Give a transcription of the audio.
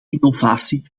innovatie